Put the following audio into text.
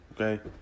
okay